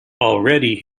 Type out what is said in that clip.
already